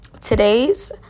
today's